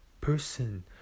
person